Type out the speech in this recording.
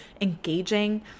engaging